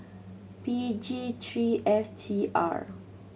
P G three F T R